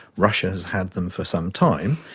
russia has had them for some time,